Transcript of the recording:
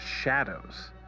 shadows